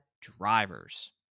drivers